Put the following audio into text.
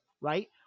Right